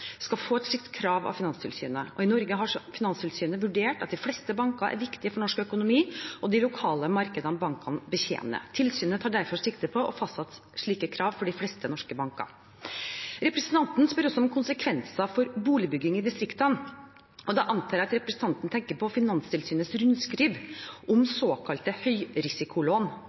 skal få et slikt krav av Finanstilsynet. I Norge har Finanstilsynet vurdert at de fleste banker er viktige for norsk økonomi og de lokale markedene bankene betjener. Tilsynet tar derfor sikte på å fastsette slike krav for de fleste norske banker. Representanten spør også om konsekvenser for boligbygging i distriktene, og da antar jeg at hun tenker på Finanstilsynets rundskriv om såkalte høyrisikolån,